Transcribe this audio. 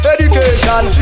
Education